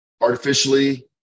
artificially